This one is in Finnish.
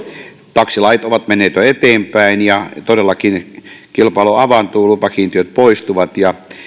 taksilait ovat menneet jo eteenpäin ja todellakin kilpailu avautuu lupakiintiöt poistuvat ja